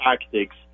tactics